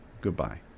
Goodbye